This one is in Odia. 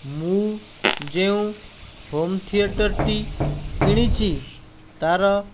ମୁଁ ଯେଉଁ ହୋମ୍ ଥିଏଟରଟି କିଣିଛି ତା'ର